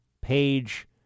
Page